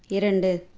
இரண்டு